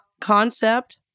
concept